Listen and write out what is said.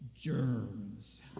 germs